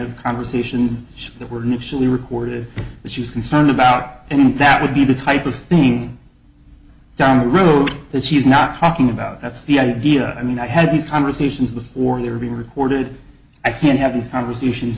of conversations that were initially reported that she was concerned about and that would be the type of thing down the road that she's not talking about that's the idea i mean i had these conversations before they were being recorded i can't have these conversations